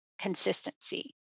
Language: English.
consistency